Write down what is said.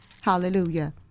Hallelujah